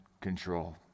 control